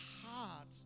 heart